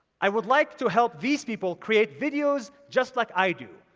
i would like to help these people create videos just like i do.